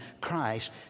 Christ